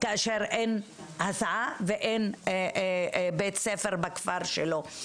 כאשר אין הסעה ואין בית ספר בכפר שלו.